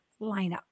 lineup